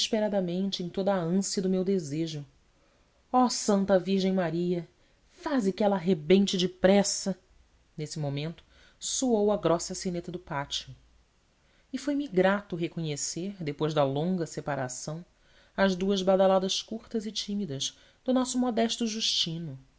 em toda a ânsia do meu desejo oh santa virgem maria faze que ela rebente depressa nesse momento soou a grossa sineta do pátio e foi-me grato reconhecer depois da longa separação as duas badaladas curtas e tímidas do nosso modesto justino